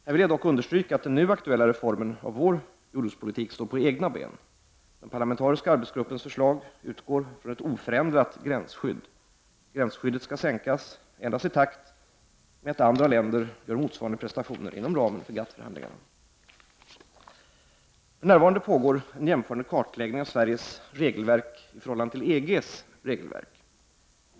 Här vill jag dock understryka att den nu aktuella reformen av vår jordbrukspolitik står på egna ben. Den parlamentariska arbetsgruppens förslag utgår från ett oförändrat gränsskydd. Gränsskyddet skall sänkas endast i takt med att andra gör motsvarande prestationer inom ramen för GATT-förhandlingarna. För närvarande pågår en jämförande kartläggning av Sveriges regelverk i förhållande till EG:s regelverk.